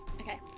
okay